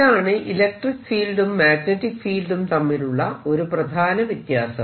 ഇതാണ് ഇലക്ട്രിക്ക് ഫീൽഡും മാഗ്നെറ്റിക് ഫീൽഡും തമ്മിലുള്ള ഒരു പ്രധാന വ്യത്യാസം